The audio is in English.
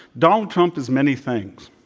donald trump is many things.